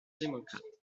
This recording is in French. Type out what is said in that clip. démocrate